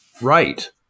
right